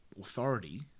authority